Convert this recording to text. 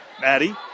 Maddie